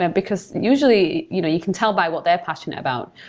ah because and usually you know you can tell by what they're passionate about.